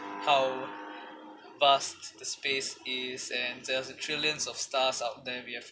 how vast the space is and there is trillions of stars out there we have